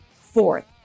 fourth